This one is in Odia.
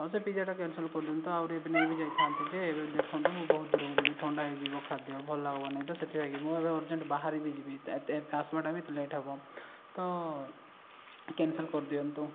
ହଁ ସେ ପିଜ୍ଜାଟା କ୍ୟାନ୍ସଲ୍ କରିଦିଅନ୍ତୁ ଆଉରି ଏବେ ନେଇବି ଯାଇଥାଆନ୍ତି ଯେ ଦେଖନ୍ତୁ ମୁଁ ବହୁତ ଦୂରକୁ ଯିବି ଥଣ୍ଡା ବି ହେଇଯିବ ଖାଦ୍ୟ ଭଲ୍ ଲାଗିବନି ତ ସେଥିଲାଗି ମୁଁ ଏବେ ଅର୍ଜେଣ୍ଟ ବାହାରିବି ଯିବି ଏତେ ଲେଟ୍ ହେବ ତ କ୍ୟାନ୍ସଲ୍ କରିଦିଅନ୍ତୁ